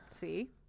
see